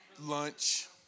lunch